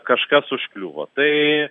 kažkas užkliuvo tai